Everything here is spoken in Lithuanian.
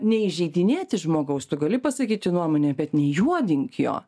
neįžeidinėti žmogaus tu gali pasakyti nuomonę bet nejuodink jo